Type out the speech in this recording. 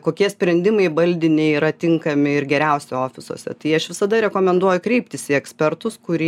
kokie sprendimai baldiniai yra tinkami ir geriausi ofisuose tai aš visada rekomenduoju kreiptis į ekspertus kurie